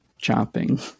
chopping